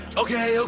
okay